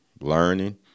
learning